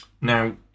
Now